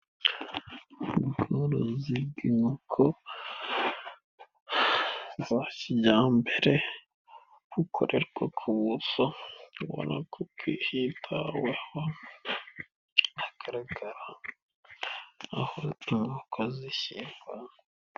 Ubworozi bw'inkoko za kijyambere, bukorerwa ku buso ngo no ku bwihitaweho hagaragara aho ingukazishyingura.